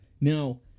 Now